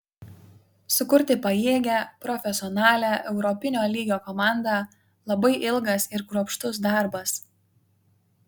sukurti pajėgią profesionalią europinio lygio komandą labai ilgas ir kruopštus darbas